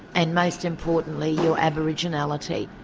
and most importantly your aboriginality.